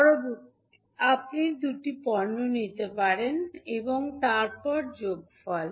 পরবর্তী আপনি দুটি পণ্য নিতে হবে এবং তারপর যোগফল